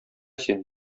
син